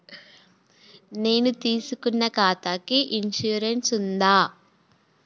నేను తీసుకున్న ఖాతాకి ఇన్సూరెన్స్ ఉందా?